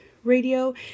Radio